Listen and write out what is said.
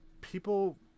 people